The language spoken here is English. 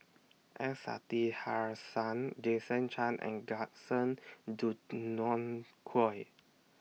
S Sasitharan Jason Chan and Gaston Dutronquoy